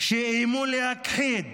שאיימו להכחיד